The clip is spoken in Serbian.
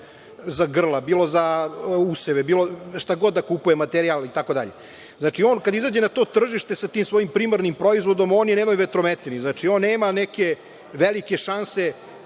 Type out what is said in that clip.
za grla, bilo za useve, šta god da kupuje, materijal, itd, on kad izađe na to tržište sa tim svojim primarnim proizvodom, on je na jednoj vetrometini, on nema neke velike šanse